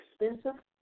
expensive